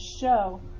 show